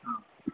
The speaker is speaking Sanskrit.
आं